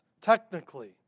technically